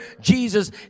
Jesus